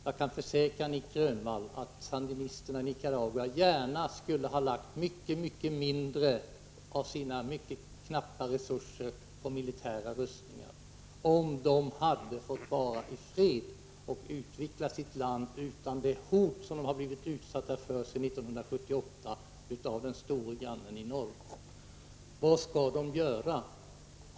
Jag kan försäkra Nic Grönvall att sandinisterna i Nicaragua gärna skulle ha lagt mycket mindre av sina mycket knappa resurser på militära rustningar, om de hade fått vara i fred och utveckla sitt land utan de hot som de har blivit utsatta för sedan 1978 av den store grannen i norr. Vad skall de göra?